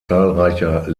zahlreicher